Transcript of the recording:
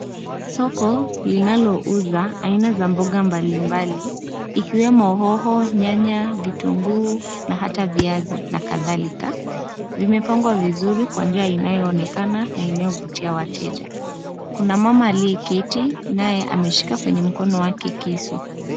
Soko linalouza aina mbalimbali za mboga, ikiwemo hogo, nyanya, vitunguu, na hata viazi, na kadhalika. Vimepangwa vizuri kwa njia inayoonekana na kuvutia wateja. Kuna mama aliyeketi na ambaye ameshika kisu mkononi.